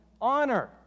honor